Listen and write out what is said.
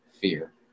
fear